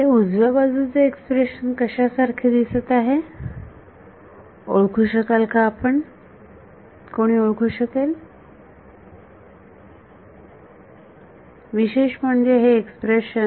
हे उजव्या बाजूचे एक्सप्रेशन कशा सारखे दिसत आहे ओळखू शकाल का आपण कोणी ओळखू शकेल विशेष म्हणजे हे एक्सप्रेशन